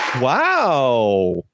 Wow